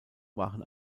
waren